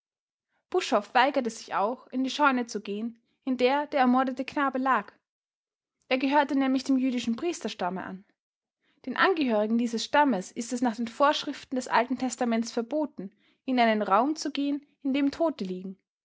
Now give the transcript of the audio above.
buschhoff weigerte sich auch in die scheune zu gehen in der der ermordete knabe lag er gehörte nämlich dem jüdischen priesterstamme an den angehörigen dieses stammes ist es nach den vorschriften des alten testaments verboten in einen raum zu gehen in dem tote liegen